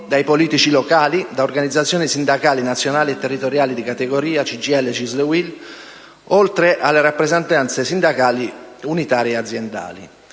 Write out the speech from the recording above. dai politici locali, da organizzazioni sindacali nazionali e territoriali di categoria (CGL, CISL e UIL), oltre che dalle rappresentanze sindacali unitarie e aziendali.